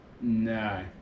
no